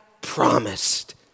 promised